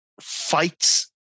fights